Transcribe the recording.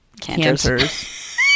Cancers